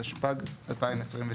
התשפ"ג-2023: